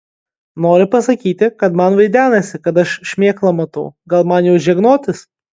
nori pasakyti kad man vaidenasi kad aš šmėklą matau gal man jau žegnotis